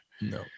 No